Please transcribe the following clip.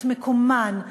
את מקומן,